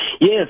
Yes